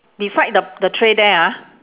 beside the the tray there ah